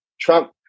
Trump